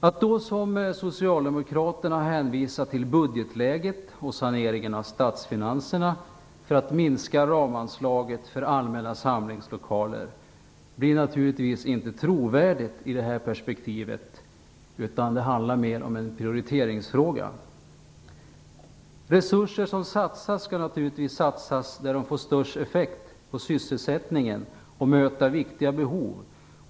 Att då som socialdemokraterna hänvisa till budgetläget och saneringen av statsfinanserna för att minska ramanslaget för allmänna samlingslokaler blir naturligtvis inte trovärdigt i det perspektivet. Det handlar mera om en prioriteringsfråga. Resurser som satsas skall naturligtvis satsas där de får störst effekt på sysselsättningen och möta viktiga behov.